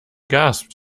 gasped